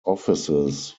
offices